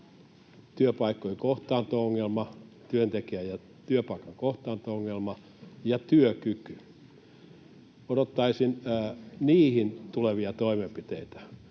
työpaikkojen kohtaanto-ongelma, työntekijän ja työpaikan kohtaanto-ongelma ja työkyky. Odottaisin niihin tulevia toimenpiteitä.